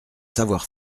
savoir